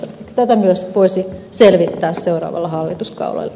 myös tätä voisi selvittää seuraavalla hallituskaudella